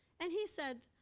and he said,